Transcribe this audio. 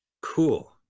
cool